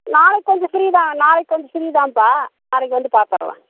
நாளைக்கு கொஞ்சம் ஃப்ரீ தான் நாளைக்கி கொஞ்சம் ஃப்ரீ தான்ப்பா நாளைக்கு வந்து பார்த்தர்றேன்